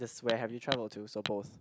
just where have you travelled to suppose